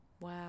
Wow